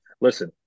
Listen